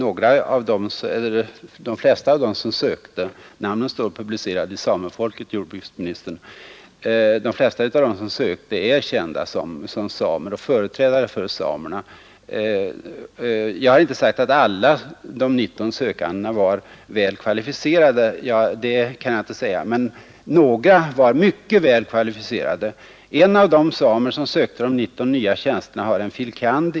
Herr talman! De flesta av dem som sökte — namnen finns publicerade i Samefolket, herr jordbruksminister — är kända som samer och företrädare för samerna. Jag kan inte säga om alla de 19 sökandena var väl kvalificerade, men några var mycket väl kvalificerade. En av de samer som sökte en av de 19 nya tjänsterna har en fil. kand.